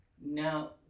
Now